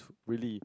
really